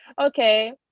okay